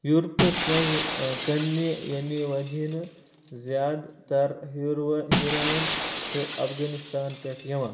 یوٗرپَس منٛز کنٛنہِ ییٚنہِ واجے نہٕ زیادٕ تر ہیٖروَ ہیٖرایِن چھِ افغٲنِستان پٮ۪ٹھ یوان